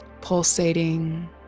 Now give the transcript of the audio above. pulsating